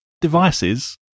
devices